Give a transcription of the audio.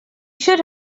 should